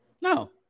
No